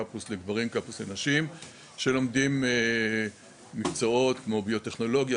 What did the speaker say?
קמפוס לגברים וקמפוס לנשים שלומדים מקצועות כמו ביוטכנולוגיה,